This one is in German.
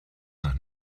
nach